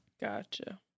Gotcha